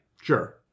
Sure